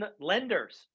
lenders